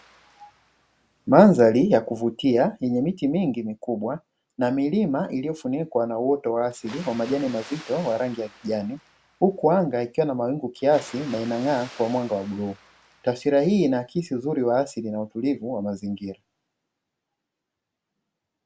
Mandhari ya kuvutia yenye miti mingi mikubwa na milima iliyofunikwa na uoto wa asili wa majani mazito ya rangi ya kijani, huku anga ikiwa na mawingu kiasi na inang’aa kwa mwanga wa bluu, taswira hii inaaksi uzuri wa asili na utulivu wa mazingira.